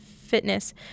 fitness